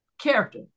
character